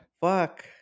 Fuck